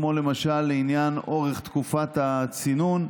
כמו למשל לעניין אורך תקופת הצינון.